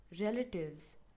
relatives